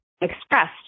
expressed